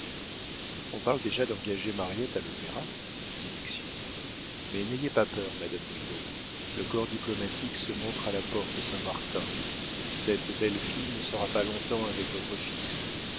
on parle déjà d'engager mariette à l'opéra dit bixiou mais n'ayez pas peur madame bridau le corps diplomatique se montre à la porte-saint-martin cette belle fille ne sera pas longtemps avec votre fils